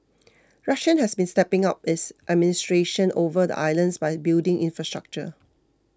Russia has been stepping up its administration